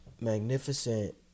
magnificent